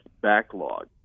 backlog